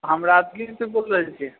हम राजगीरसँ बोल रहल छी